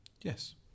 Yes